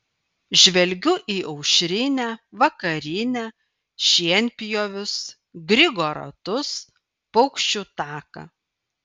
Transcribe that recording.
žvelgiu į aušrinę vakarinę šienpjovius grigo ratus paukščių taką